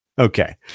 Okay